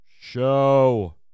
Show